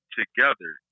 together